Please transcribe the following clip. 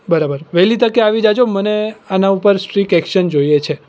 બરાબર વહેલી તકે આવી જજો મને આના ઉપર સ્ટ્રિક એક્શન જોઈએ છે